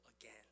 again